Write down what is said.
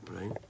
right